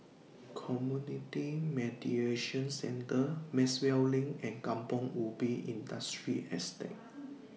Community Mediation Centre Maxwell LINK and Kampong Ubi Industrial Estate